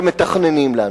שמתכננים לנו.